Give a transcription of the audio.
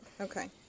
Okay